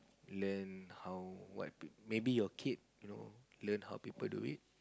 learn how what be maybe your kid you know learn how people do it